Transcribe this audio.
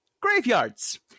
graveyards